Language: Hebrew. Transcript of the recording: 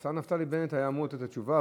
השר נפתלי בנט היה אמור לתת את התשובה,